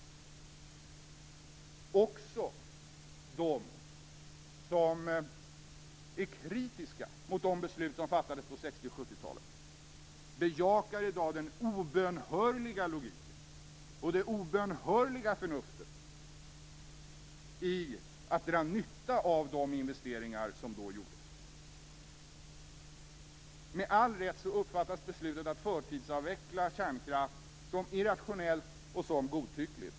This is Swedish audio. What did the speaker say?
Också de som är kritiska mot de beslut som fattades på 60 och 70 talen bejakar i dag den obönhörliga logiken och det obönhörliga förnuftet i att dra nytta av de investeringar som då gjordes. Med all rätt uppfattas beslutet att förtidsavveckla kärnkraft som irrationellt och som godtyckligt.